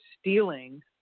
stealing